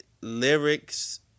lyrics